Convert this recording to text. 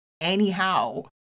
anyhow